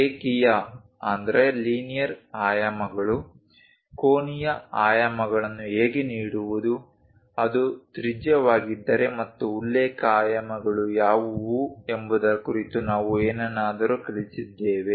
ರೇಖೀಯ ಆಯಾಮಗಳು ಕೋನೀಯ ಆಯಾಮಗಳನ್ನು ಹೇಗೆ ನೀಡುವುದು ಅದು ತ್ರಿಜ್ಯವಾಗಿದ್ದರೆ ಮತ್ತು ಉಲ್ಲೇಖ ಆಯಾಮಗಳು ಯಾವುವು ಎಂಬುದರ ಕುರಿತು ನಾವು ಏನನ್ನಾದರೂ ಕಲಿತಿದ್ದೇವೆ